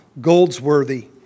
Goldsworthy